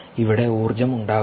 ഇവിടെ ഊർജ്ജം ഉണ്ടാകുന്നു